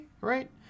right